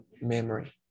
memory